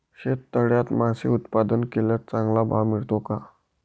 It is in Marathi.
शेततळ्यात मासे उत्पादन केल्यास चांगला भाव मिळतो का?